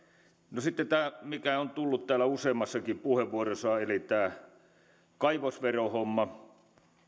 edellytettäisiin sitten tämä mikä on tullut täällä useammassakin puheenvuorossa esille eli tämä kaivosverohomma